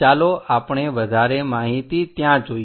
ચાલો આપણે વધારે માહિતી ત્યાં જોઈએ